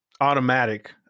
automatic